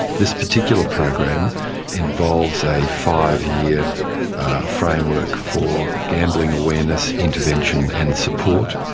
this particular program involves a five-year framework for gambling awareness, intervention and support,